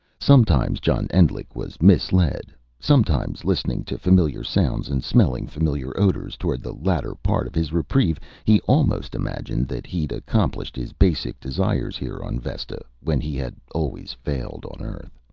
sometimes john endlich was misled. sometimes, listening to familiar sounds, and smelling familiar odors, toward the latter part of his reprieve, he almost imagined that he'd accomplished his basic desires here on vesta when he had always failed on earth.